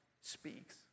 speaks